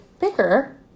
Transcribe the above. bigger